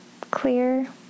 Clear